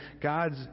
God's